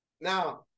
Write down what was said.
now